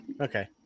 okay